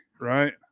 right